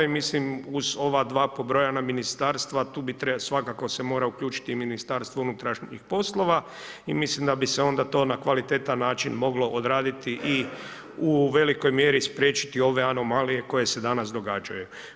Mislim uz ova dva pobrojana ministarstva tu bi svakako se mora uključiti i Ministarstvo unutrašnjih poslova i mislim da bi se onda to na kvalitetan način moglo odraditi i u velikoj mjeri spriječiti ove anomalije koje se danas događaju.